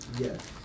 Yes